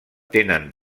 tenen